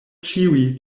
ĉiuj